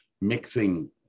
mixing